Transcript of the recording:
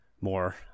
more